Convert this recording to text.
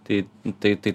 tai tai tai